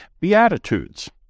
Beatitudes